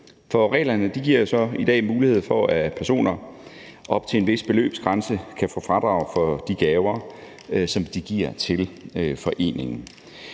Reglerne giver i dag mulighed for, at personer op til en vis beløbsgrænse kan få fradrag for de gaver, som de giver til foreningen.